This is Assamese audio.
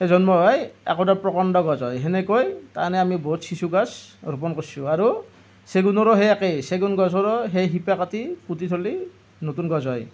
জন্ম হৈ একোডাল প্ৰকাণ্ড গছ হয় সেনেকৈ তাৰমানে আমি বহুত চিচু গছ ৰোপণ কৰিছোঁ আৰু চেগুণৰো সেই একেই চেগুণ গছৰো সেই শিপা কাটি পুতি থলেই নতুন গছ হয়